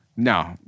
no